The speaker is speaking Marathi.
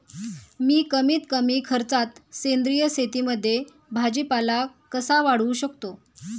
मी कमीत कमी खर्चात सेंद्रिय शेतीमध्ये भाजीपाला कसा वाढवू शकतो?